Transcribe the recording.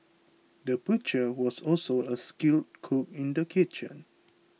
the butcher was also a skilled cook in the kitchen